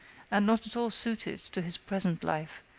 and not at all suited to his present life,